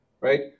right